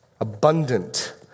Abundant